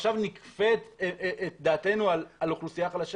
אם נכשלנו במודעות אז אנחנו עכשיו נכפה את דעתנו על אוכלוסייה חלשה?